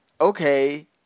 okay